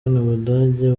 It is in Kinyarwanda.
ubudage